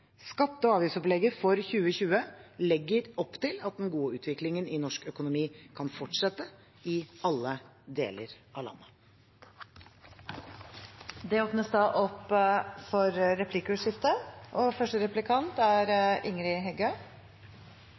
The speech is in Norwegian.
Skatte- og avgiftsopplegget for 2020 legger opp til at den gode utviklingen i norsk økonomi kan fortsette i alle deler av